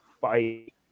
fight